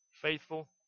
Faithful